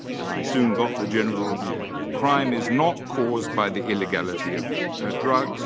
and i soon got the general view. crime is not caused by the illegality of ah drugs,